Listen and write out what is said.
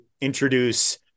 introduce